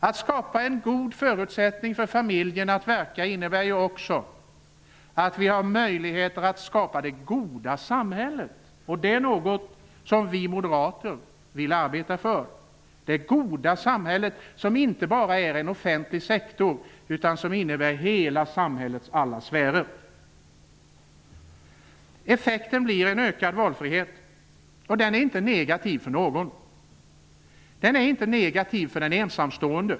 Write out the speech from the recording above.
Att skapa en god förutsättning för familjen att verka innebär också att vi har möjligheter att skapa det goda samhället. Det är något som vi moderater vill arbeta för. Det goda samhället är inte bara en offentlig sektor, utan det inkluderar hela samhällets alla sfärer. Effekten blir en ökad valfrihet, och den är inte negativ för någon. Den är inte negativ för den ensamstående.